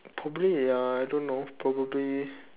probably ya I don't know probably